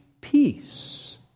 peace